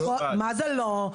מה זה לא?